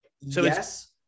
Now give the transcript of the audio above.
Yes